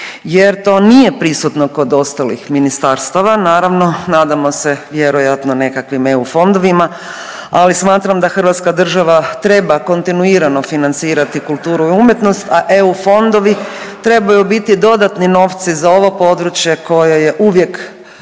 jer to nije prisutno kod ostalih ministarstava. Naravno, nadamo se vjerojatno nekakvim EU fondovima, ali smatram da Hrvatska država treba kontinuirano financirati kulturu i umjetnost a EU fondovi trebaju biti dodatni novci za ovo područje koje je uvijek